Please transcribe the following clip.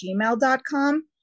gmail.com